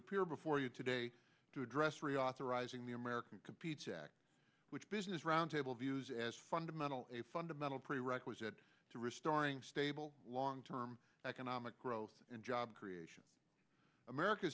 appear before you today to address reauthorizing the american competes act which this roundtable views as fundamental a fundamental prerequisite to restoring stable long term economic growth and job creation america